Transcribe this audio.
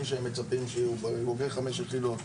שהם מצפים שהם יהיו בוגרי חמש יחידות.